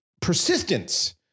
persistence